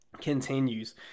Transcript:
continues